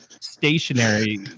stationary